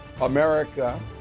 America